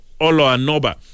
Oloanoba